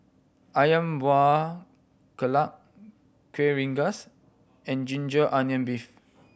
Ayam Buah Keluak Kueh Rengas and ginger onion beef